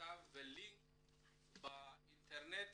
מכתב ולינק לאינטרנט